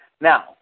now